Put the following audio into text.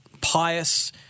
pious